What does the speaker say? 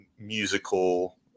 musical